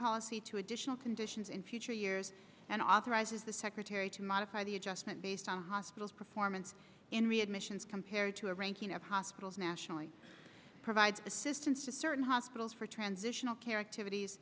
policy to additional conditions in future years and authorizes the secretary to modify the adjustment based on the hospital's performance in readmissions compared to a ranking of hospitals nationally provides assistance to certain hospitals for transitional care act